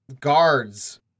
guards